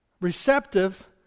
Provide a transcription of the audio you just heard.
receptive